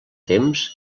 temps